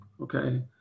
okay